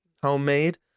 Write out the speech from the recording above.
homemade